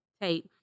take